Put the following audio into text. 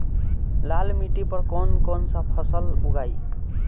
लाल मिट्टी पर कौन कौनसा फसल उगाई?